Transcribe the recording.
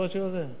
זה?